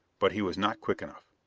but he was not quick enough.